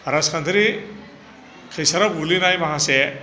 राजखान्थियारि खैसाराव गोग्लैनाय माखासे